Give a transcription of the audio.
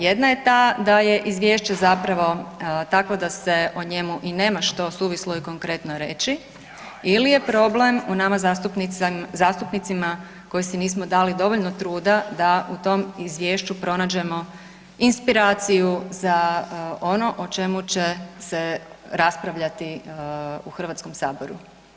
Jedna je ta da je Izvješće zapravo takvo da se o njemu i nema što suvislo i konkretno reći, ili je problem u nama zastupnicima koji si nismo dali dovoljno truda da u tome izvješću pronađemo inspiraciju za ono o čemu će se raspravljati u HS-u.